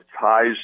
ties